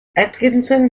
atkinson